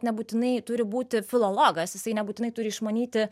nebūtinai turi būti filologas jisai nebūtinai turi išmanyti